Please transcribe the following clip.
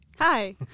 hi